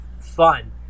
fun